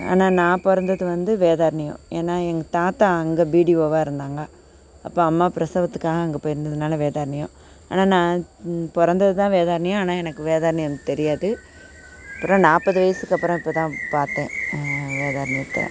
ஆனால் நான் பிறந்தது வந்து வேதாரண்யம் ஏன்னா எங்கள் தாத்தா அங்கே பிடிஓவாக இருந்தாங்க அப்பா அம்மா பிரசவத்துக்காக அங்கே போயிருந்ததுனால் வேதாரண்யம் ஆனால் நான் பிறந்தது தான் வேதாரண்யம் ஆனால் எனக்கு வேதாரண்யம் தெரியாது அப்புறம் நாற்பது வயசுக்கப்புறம் இப்போ தான் பார்த்தேன் வேதாரண்யத்தை